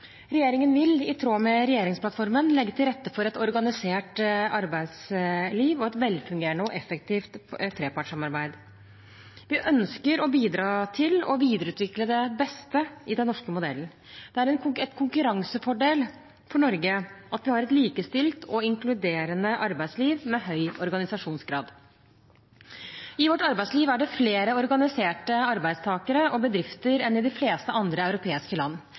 Regjeringen vil, i tråd med regjeringsplattformen, legge til rette for et organisert arbeidsliv og et velfungerende og effektivt trepartssamarbeid. Vi ønsker å bidra til å videreutvikle det beste i den norske modellen. Det er en konkurransefordel for Norge at vi har et likestilt og inkluderende arbeidsliv med høy organisasjonsgrad. I vårt arbeidsliv er det flere organiserte arbeidstakere og bedrifter enn i de fleste andre europeiske land,